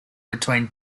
between